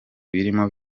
birimo